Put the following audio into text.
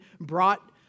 brought